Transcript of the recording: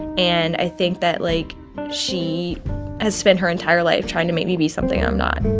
and i think that, like, she has spent her entire life trying to make me be something i'm not